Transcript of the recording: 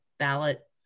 ballot